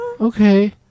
Okay